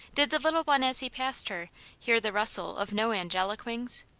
did the little one as he passed her hear the rustle of no angelic wings?